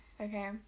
Okay